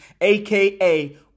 aka